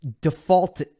default